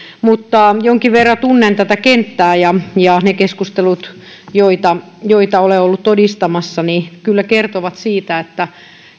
mutta jonkin verran tunnen tätä kenttää ja ja ne keskustelut joita joita olen ollut todistamassa kertovat siitä että